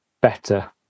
better